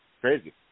Crazy